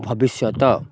ଭବିଷ୍ୟତ